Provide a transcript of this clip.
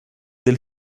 del